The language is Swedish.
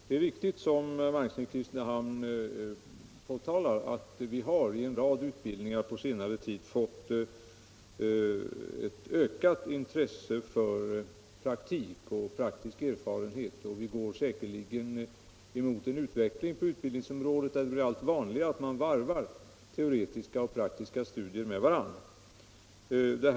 Herr talman! Det är riktigt som herr Magnusson i Kristinehamn påpekar, att vi i en rad utbildningar på senare tid har fått ett ökat intresse för praktik och praktisk erfarenhet. Vi går säkerligen emot en utveckling på utbildningsområdet där det blir allt vanligare att man varvar teoretiska studier med praktiska studier.